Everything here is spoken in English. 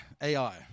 Ai